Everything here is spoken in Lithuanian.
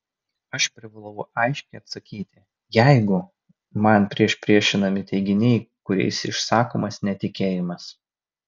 aš privalau aiškiai atsakyti jeigu man priešpriešinami teiginiai kuriais išsakomas netikėjimas